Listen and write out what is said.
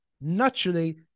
naturally